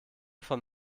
von